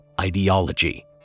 ideology